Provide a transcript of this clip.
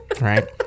right